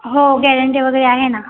हो गॅरंटी वगैरे आहे ना